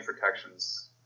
protections